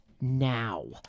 Now